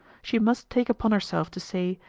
she must take upon herself to say,